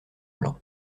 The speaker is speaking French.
blanc